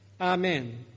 Amen